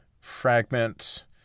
fragment